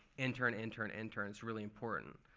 intern, intern, intern. it's really important.